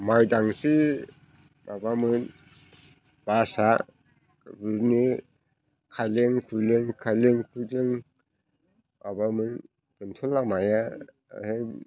माइदांस्रि माबामोन बासआ बिदिनो खायलें खुइलें खायलें खुइलें माबामोन बेंटल लामाया होइ